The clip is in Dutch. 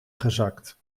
gezakt